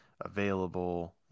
available